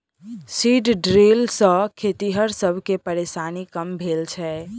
seed drill सॅ खेतिहर सब के परेशानी कम भेल छै